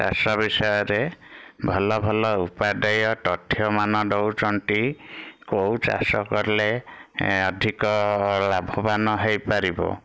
ଚାଷ ବିଷୟରେ ଭଲ ଭଲ ଉପାଦୟ ତଥ୍ୟ ମାନ ଦଉଛନ୍ତି କେଉଁ ଚାଷ କଲେ ଅଧିକ ଲାଭବାନ ହେଇପାରିବ